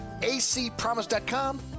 acpromise.com